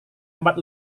empat